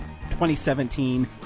2017